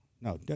No